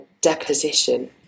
deposition